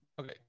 Okay